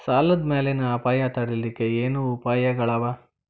ಸಾಲದ್ ಮ್ಯಾಲಿನ್ ಅಪಾಯ ತಡಿಲಿಕ್ಕೆ ಏನ್ ಉಪಾಯ್ಗಳವ?